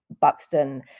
Buxton